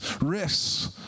risks